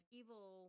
evil